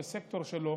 לסקטור שלו.